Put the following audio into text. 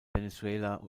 venezuela